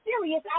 serious